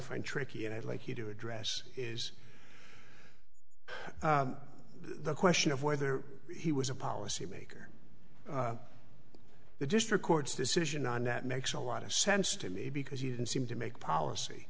find tricky and i'd like you to address is the question of whether he was a policymaker the district court's decision on that makes a lot of sense to me because he didn't seem to make policy